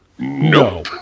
No